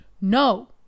no